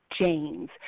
James